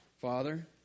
Father